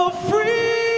ah free